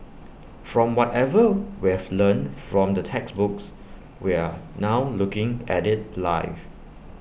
from whatever we've learnt from the textbooks we are now looking at IT live